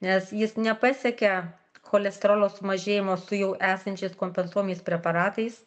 nes jis nepasiekia cholesterolio sumažėjimo su jau esančiais kompensuojamais preparatais